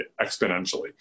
exponentially